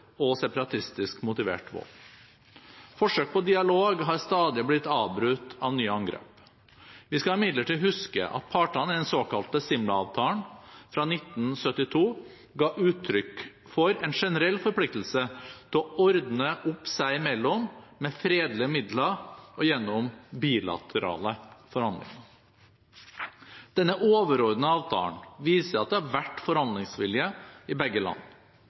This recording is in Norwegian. og separatistisk motivert vold. Forsøk på dialog har stadig blitt avbrutt av nye angrep. Vi skal imidlertid huske at partene i den såkalte Simla-avtalen fra 1972 ga uttrykk for en generell forpliktelse til å ordne opp seg imellom med fredelige midler og gjennom bilaterale forhandlinger. Denne overordnede avtalen viser at det har vært forhandlingsvilje i begge land.